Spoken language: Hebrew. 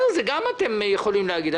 גם את זה אתם יכולים להגיד,